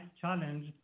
challenge